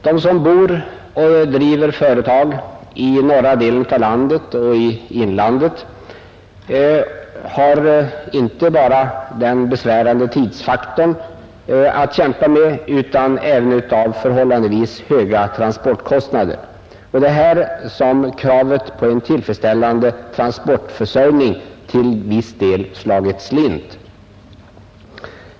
De som bor och driver företag i norra delen av landet och i inlandet har inte bara den besvärande tidsfaktorn att kämpa med, utan drabbas även av förhållandevis höga transportkostnader. Det är här som kravet på en tillfredsställande transportförsörjning till viss del slagit slint.